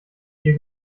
ihr